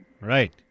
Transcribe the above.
Right